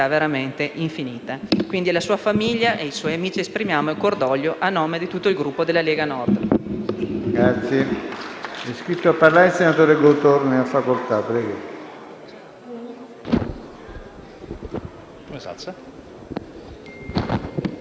curiosità infinita. Alla sua famiglia e ai suoi amici esprimiamo il cordoglio di tutto il Gruppo della Lega Nord.